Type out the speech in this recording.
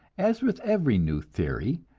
as with every new theory,